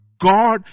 God